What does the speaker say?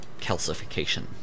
calcification